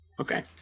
Okay